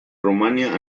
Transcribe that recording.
rumania